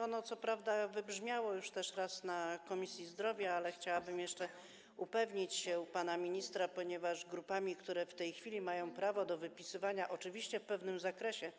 Ono co prawda już raz wybrzmiało na posiedzeniu Komisji Zdrowia, ale chciałabym jeszcze upewnić się u pana ministra, ponieważ grupami, które w tej chwili mają prawo do wypisywania leków, oczywiście w pewnym zakresie,